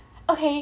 okay